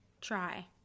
try